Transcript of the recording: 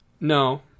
No